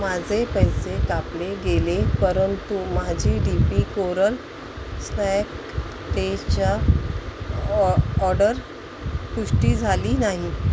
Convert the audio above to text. माझे पैसे कापले गेले परंतु माझी डी पी कोरल स्नॅक तेच्या ऑ ऑडर पुष्टी झाली नाही